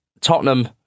Tottenham